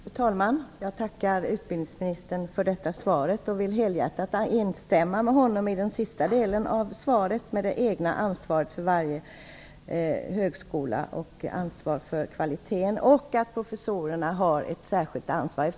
Fru talman! Jag tackar utbildningsministern för svaret och vill helhjärtat instämma med honom i den sista delen av svaret om det egna ansvar som varje högskola har för kvaliteten och att professorerna har ett särskilt ansvar.